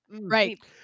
Right